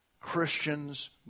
Christians